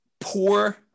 Poor